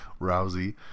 Rousey